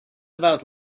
about